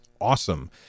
awesome